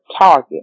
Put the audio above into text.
target